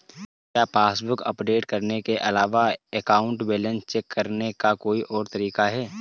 क्या passbook update करने के अलावा अकाउंट बैलेंस चेक करने का कोई और तरीका है?